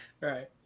Right